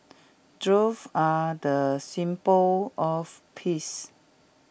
doves are the symbol of peace